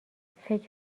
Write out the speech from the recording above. فکر